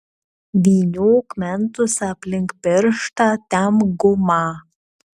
vyniok mentus aplink pirštą tempk gumą